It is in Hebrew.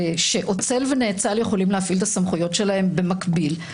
שאוצל ונאצל יכולים להפעיל את הסמכויות שלהן במקביל,